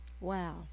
Wow